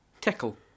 Tickle